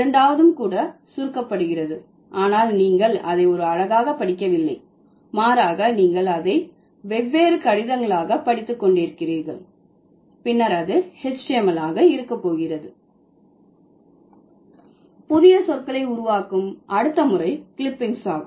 இரண்டாவதும் கூட சுருக்கப்படுகிறது ஆனால் நீங்கள் அதை ஒரு அலகாக படிக்கவில்லை மாறாக நீங்கள் அதை வெவ்வேறு கடிதங்களாக படித்துக் கொண்டிருக்கிறீர்கள் பின்னர் அது HTML ஆக இருக்க போகிறது புதிய சொற்களை உருவாக்கும் அடுத்த முறை கிளிப்பிங்ஸ் ஆகும்